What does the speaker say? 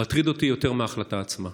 מטריד אותי יותר מההחלטה עצמה.